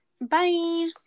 Bye